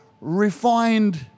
refined